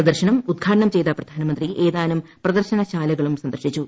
പ്രദർശനം ഉദ്ഘാടനം ചെയ്ത പ്രധാനമന്ത്രി ഏതാനും പ്രദർശനശാലകളും സന്ദർശിച്ചു